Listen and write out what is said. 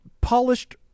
polished